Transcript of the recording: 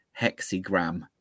hexagram